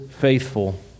faithful